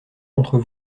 contre